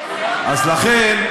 אז לכן,